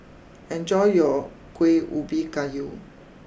enjoy your Kueh Ubi Kayu